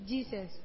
Jesus